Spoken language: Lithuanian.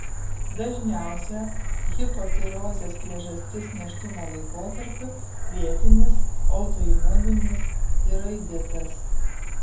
dažniausia hipotirozės priežastis nėštumo laikotarpiu lėtinis autoimuninis tiroiditas